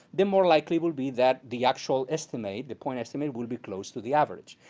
the more likely will be that the actual estimate, the point estimate, will be closer to the average.